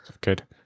good